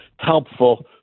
helpful